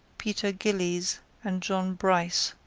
peter gillies and john bryce,